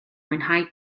mwynhau